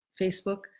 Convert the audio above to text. Facebook